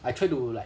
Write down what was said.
I try to like